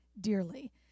dearly